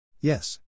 Yes